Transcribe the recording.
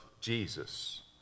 Jesus